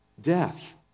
death